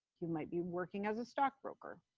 you might be working as a stockbroker,